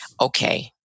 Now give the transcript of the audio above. Okay